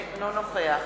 אינו נוכח